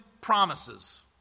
promises